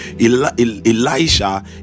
Elijah